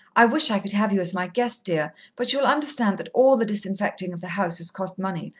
i wish i could have you as my guest, dear, but you'll understand that all the disinfecting of the house has cost money,